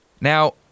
Now